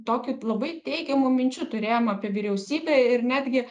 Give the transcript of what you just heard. tokių labai teigiamų minčių turėjom apie vyriausybę ir netgi